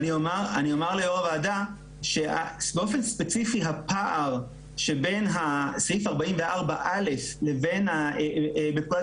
אני אומר ליו"ר הוועדה שבאופן ספציפי הפער שבין סעיף 44.א לפקודת